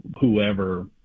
whoever